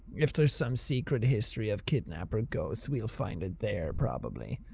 if there's some secret history of kidnapper ghosts, we'll fond it there probably.